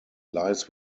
lies